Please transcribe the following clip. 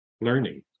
learning